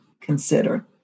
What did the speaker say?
consider